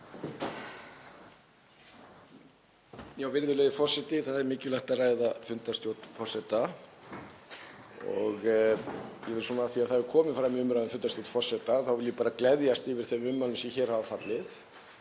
Virðulegi forseti. Það er mikilvægt að ræða fundarstjórn forseta og af því að það hefur komið fram í umræðu um fundarstjórn forseta þá vil ég bara gleðjast yfir þeim ummælum sem hér hafa fallið.